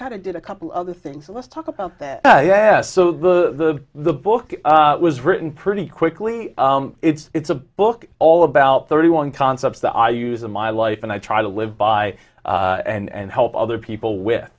kind of did a couple other things so let's talk about that yeah so the the book was written pretty quickly it's it's a book all about thirty one concepts that i use in my life and i try to live by and help other people with